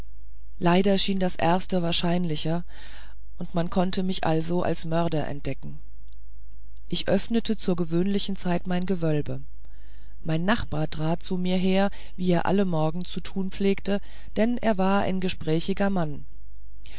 leider schien das erste wahrscheinlicher und man konnte mich also als mörder entdecken ich öffnete zur gewöhnlichen zeit mein gewölbe mein nachbar trat zu mir her wie er alle morgen zu tun pflegte denn er war ein gesprächiger mann